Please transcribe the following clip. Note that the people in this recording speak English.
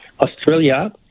Australia